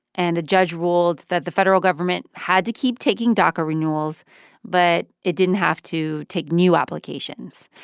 and a judge ruled that the federal government had to keep taking daca renewals but it didn't have to take new applications.